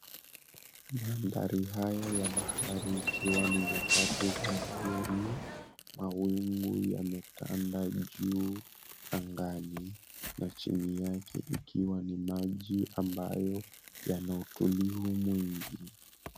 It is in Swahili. Mandhari haya ya bahari ikiwa ni nyakati za jioni. Mawingu yametanda juu angani na chini yake ikiwa ni maji ambayo yana utulivu mwingi.